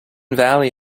valley